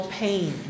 pain